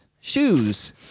shoes